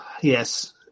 Yes